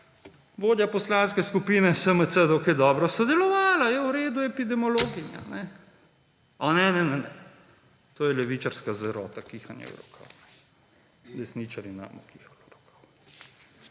vodja Poslanske skupine SMC, dokaj dobro sodelovala, je v redu epidemiologinja. A, ne, ne, ne, ne, to je levičarska zarota, kihanje v rokav, desničarji ne bomo kihali v rokav.